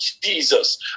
Jesus